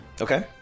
Okay